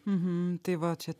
mhm tai va čia